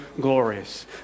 glorious